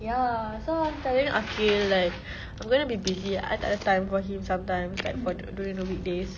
ya so I'm telling aqil like I'm gonna be busy I tak ada time for him sometimes like for du~ during the weekdays